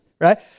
right